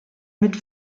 mit